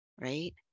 right